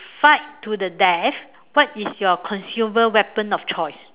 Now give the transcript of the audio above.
fight to the death what is your consumer weapon of choice